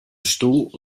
stoel